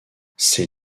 ces